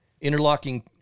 Interlocking